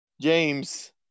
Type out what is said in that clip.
James